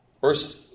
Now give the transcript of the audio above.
First